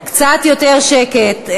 קצת יותר שקט.